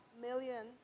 million